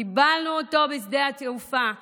קיבלנו אותו בשדה התעופה בנתב"ג.